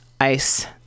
ICE